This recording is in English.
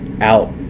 out